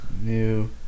New